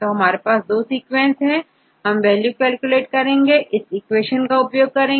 तो हमारे पास दो सीक्वेंस हैं अब हम वैल्यू कैलकुलेट करते हैं इस इक्वेशन का उपयोग करके